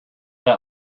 that